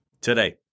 today